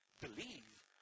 believe